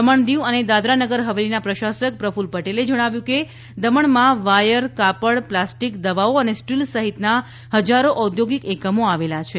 દમણ દીવ અને દાદરા નગર હવેલીનાં પ્રશાસક પ્રકુલ્લ પટેલે જણાવ્યું કે દમણમાં વાયર કાપડ પ્લાસ્ટીક દવાઓ અને સ્ટીલ સહિતનાં હજારો ઔદ્યોગિક એકમો આવેલાં છે